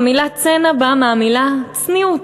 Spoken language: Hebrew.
המילה צנע באה מהמילה צניעות.